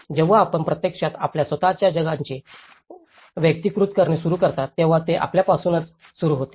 जेव्हा आपण प्रत्यक्षात आपल्या स्वतःच्या जागांचे वैयक्तिकृत करणे सुरू करता तेव्हा हे आपल्यापासून सुरू होते